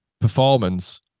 performance